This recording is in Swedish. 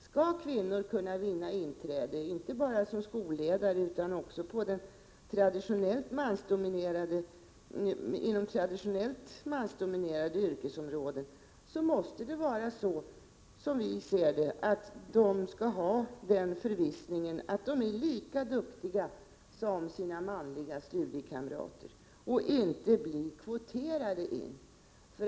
Skall kvinnor kunna vinna inträde inte bara som skolledare utan också inom traditionellt mansdominerade yrkesområden, måste kvinnorna enligt vår uppfattning vara i förvissning om att de är lika duktiga som sina manliga medsökande — inte bli kvoterade.